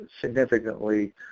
significantly